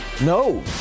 no